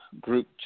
group